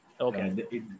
Okay